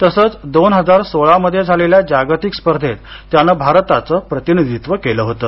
तसंच दोन हजार सोळामध्ये झालेल्या जागतिक स्पर्धेत त्याने भारताचं प्रतिनिधित्व केलं होतं